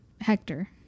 Hector